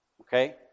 okay